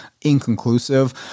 inconclusive